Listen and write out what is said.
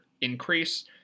increase